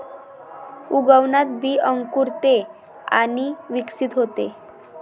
उगवणात बी अंकुरते आणि विकसित होते